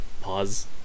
pause